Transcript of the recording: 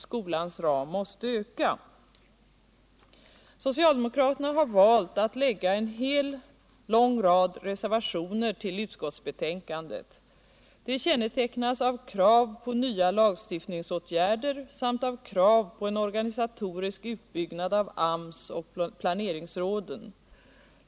Socialdemokraterna har valt att lägga en lång rad reservationer till utskottsbetänkandet. De kännetecknas av krav på nya lagstiftningsåtgärder samt av krav på en organisatorisk utbyggnad av AMS och planeringsråden.